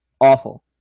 awful